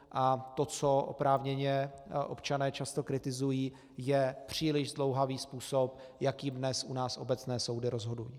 A to, co oprávněně občané často kritizují, je příliš zdlouhavý způsob, jakým dnes u nás obecné soudy rozhodují.